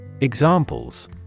Examples